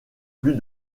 plus